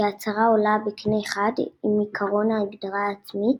ההצהרה עולה בקנה אחד עם עקרון ההגדרה העצמית